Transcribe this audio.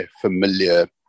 familiar